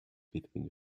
between